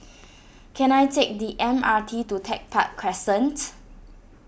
can I take the M R T to Tech Park Crescent